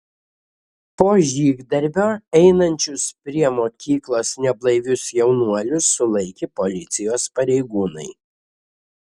po žygdarbio einančius prie mokyklos neblaivius jaunuolius sulaikė policijos pareigūnai